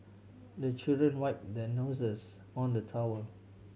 the children wipe their noses on the towel